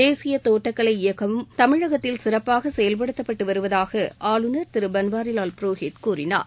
தேசிய தோட்டக்கலை இயக்கமும் தமிழகத்தில் சிறப்பாக செயல்படுத்தப்பட்டு வருவதாக ஆளுநர் திரு பன்வாரிலால் புரோஹித் கூறினார்